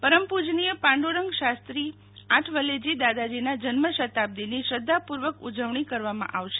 પરમ પૂજનીય પાંડુરંગ શાહ્સ્ત્રી આઠવલે જી દાદાજીના જન્મ શતાબ્દીની શ્રદ્ધા પૂર્વક ઉજવણી કરવામાં આવશે